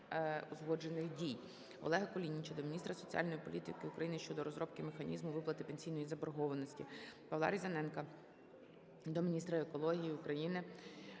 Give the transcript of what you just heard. Дякую,